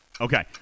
Okay